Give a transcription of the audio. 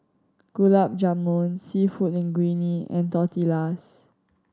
Gulab Jamun Seafood Linguine and Tortillas